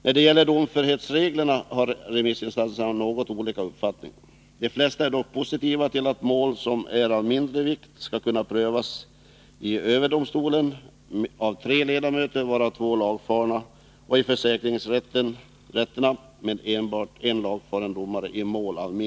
När det gäller domförhetsreglerna har remissinstanserna något olika uppfattningar. De flesta är dock positiva till att mål av mindre vikt skall kunna prövas i överdomstolen av tre ledamöter, varav två lagfarna, och i försäkringsrätterna av enbart en lagfaren domare.